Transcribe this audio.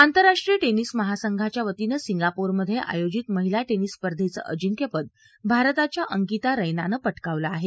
आंतराष्ट्रीय टेनिस महासंघाच्या वतीनं सिंगापोरमध्ये आयोजित महिला टेनिस स्पर्धेचं अजिंक्यपद भारताच्या अंकिता रैना नं पटकावलं आहे